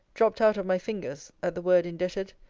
dropt out of my fingers, at the word indebted.